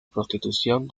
prostitución